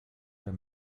der